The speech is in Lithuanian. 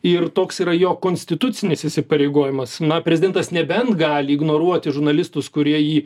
ir toks yra jo konstitucinis įsipareigojimas na prezidentas nebent gali ignoruoti žurnalistus kurie jį